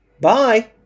Bye